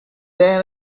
then